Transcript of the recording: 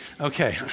Okay